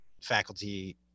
faculty